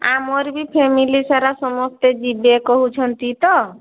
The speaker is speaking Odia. ଆମର ବି ଫ୍ୟାମିଲି ସାରା ସମସ୍ତେ ଯିବେ କହୁଛନ୍ତି ତ